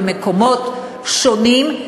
במקומות שונים,